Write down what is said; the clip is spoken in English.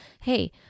hey